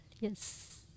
Yes